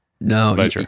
no